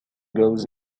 goes